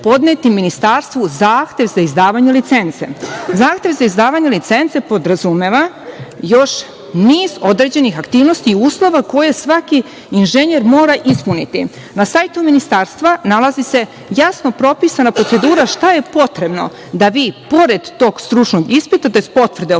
podneti Ministarstvu zahtev za izdavanje licence. zahtev za izdavanje licence podrazumeva još niz određenih aktivnosti i uslova koje svaki inženjer mora ispuniti. Na sajtu Ministarstva nalazi se jasno propisana procedura šta je potrebno da vi pored tog stručnog ispita, tj. potvrde o